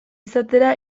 izatera